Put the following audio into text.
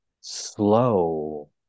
slow